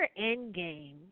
Endgame